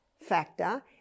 factor